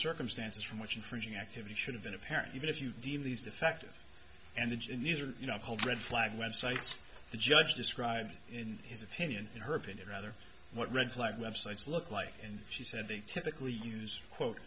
circumstances from which infringing activity should have been apparent even if you deem these defective and in these are you know hold red flag web sites the judge described in his opinion in her opinion rather what red flag websites look like and she said they typically use quote